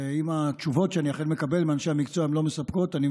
ואם התשובות שאני מקבל מאנשי המקצוע הן אכן